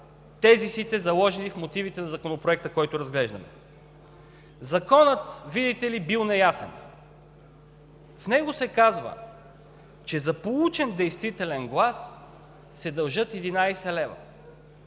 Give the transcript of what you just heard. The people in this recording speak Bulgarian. тезисите, заложени в мотивите на Законопроекта, който разглеждаме. Законът, видите ли, бил неясен. В него се казва, че за получен действителен глас се дължат 11 лв.